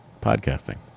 podcasting